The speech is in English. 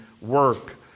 work